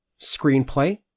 screenplay